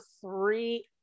three